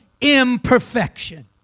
imperfection